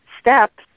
steps